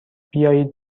بیایید